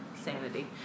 sanity